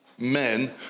men